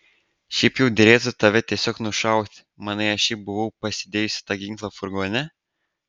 šiaip jau derėtų tave tiesiog nušauti manai aš šiaip buvau pasidėjusi tą ginklą furgone